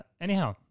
anyhow